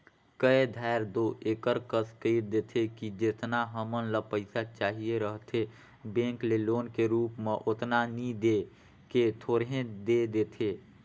कए धाएर दो एकर कस कइर देथे कि जेतना हमन ल पइसा चाहिए रहथे बेंक ले लोन के रुप म ओतना नी दे के थोरहें दे देथे